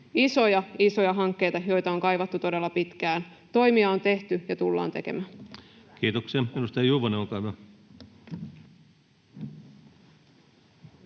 isoja hankkeita, joita on kaivattu todella pitkään. Toimia on tehty ja tullaan tekemään. [Speech